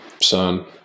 son